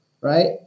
right